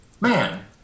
man